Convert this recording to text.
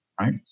right